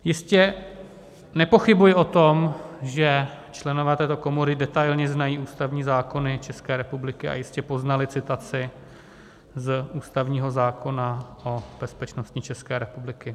Jistě, nepochybuji o tom, že členové této komory detailně znají ústavní zákony České republiky a jistě poznali citaci z ústavního zákona o bezpečnosti České republiky.